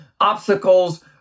obstacles